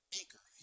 anchor